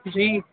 جی